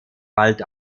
bald